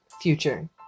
future